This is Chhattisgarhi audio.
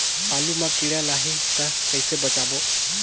आलू मां कीड़ा लाही ता कइसे बचाबो?